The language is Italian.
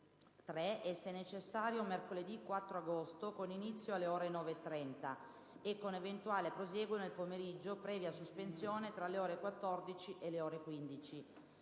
3 e, se necessario, mercoledì 4 agosto con inizio alle ore 9,30 e con eventuale prosieguo nel pomeriggio, previa sospensione tra le ore 14 e le ore 15.